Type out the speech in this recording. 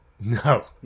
No